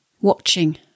watching